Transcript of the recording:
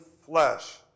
flesh